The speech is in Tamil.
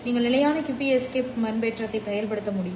நீங்கள் நிலையான QPSK பண்பேற்றத்தை செயல்படுத்த முடியும்